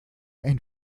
ein